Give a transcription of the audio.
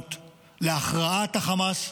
להתפנות להכרעת החמאס,